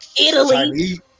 italy